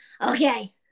Okay